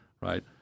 right